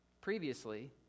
previously